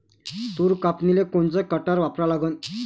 तूर कापनीले कोनचं कटर वापरा लागन?